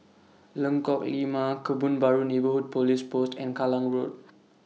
Lengkok Lima Kebun Baru Neighbourhood Police Post and Kallang Road